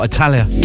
Italia